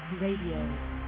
Radio